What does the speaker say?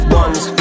ones